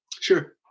Sure